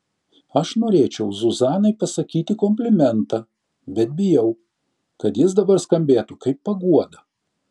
aš norėčiau zuzanai pasakyti komplimentą bet bijau kad jis dabar skambėtų kaip paguoda